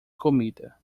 comida